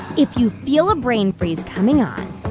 if you feel a brain freeze coming on,